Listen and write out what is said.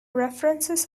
references